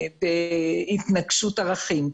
בהתנגשות ערכים.